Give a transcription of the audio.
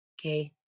Okay